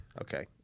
okay